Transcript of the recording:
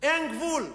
אין גבול.